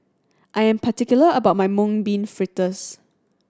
I am particular about my Mung Bean Fritters